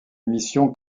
mission